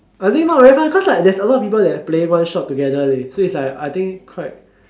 I think not very fun cause like there's a lot of people that's like playing one shot together leh so it's like I think quite